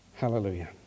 hallelujah